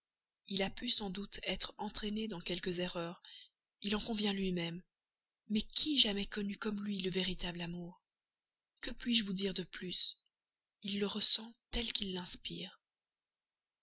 il a pu sans doute être entraîné dans quelques erreurs il en convient lui-même mais qui jamais connut comme lui le véritable amour que puis-je vous dire de plus il le ressent tel qu'il l'inspire